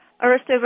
Aristo